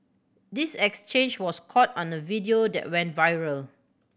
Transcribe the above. this exchange was caught on a video that went viral